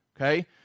okay